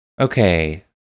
Okay